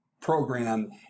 program